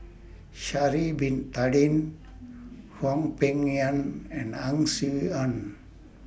Sha'Ari Bin Tadin Hwang Peng Yuan and Ang Swee Aun